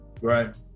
Right